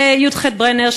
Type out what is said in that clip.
י"ח ברנר,